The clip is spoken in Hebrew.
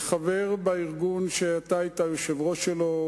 חבר בארגון שאתה היית היושב-ראש שלו,